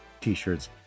t-shirts